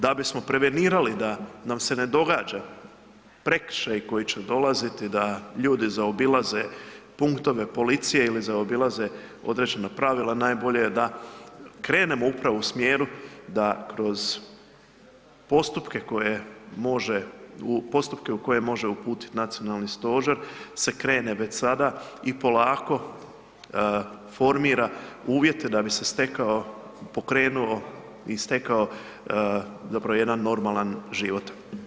Da bismo prevenirali da nam se ne događa prekršaji koji će dolaziti da ljudi zaobilaze punktove policije ili zaobilaze određena pravila najbolje je da krenemo upravo u smjeru da kroz postupke koje može, u postupke u koje može uputit nacionalni stožer se krene već sada i polako formira uvjete da bi se stekao, pokrenuo i stekao zapravo jedan normalan život.